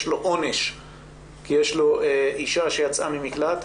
לו עונש כי יש לו עובדת שיצאה ממקלט,